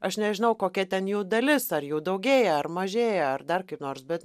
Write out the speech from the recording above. aš nežinau kokia ten jų dalis ar jų daugėja ar mažėja ar dar kaip nors bet